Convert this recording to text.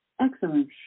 Excellent